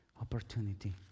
opportunity